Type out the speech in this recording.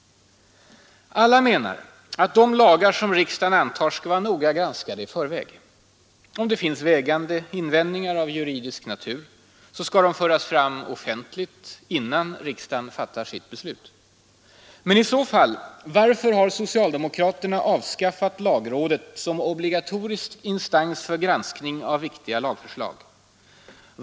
Alla menar att de lagar som riksdagen antar skall vara noga granskade i förväg. Om det finns vägande invändningar av juridisk natur skall de för fram offentligt innan riksdagen fattar sitt beslut. Men i så fall — varför har socialdemokraterna avskaffat lagrådet som obligatorisk instans för granskning av viktiga lagförslag?